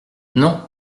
non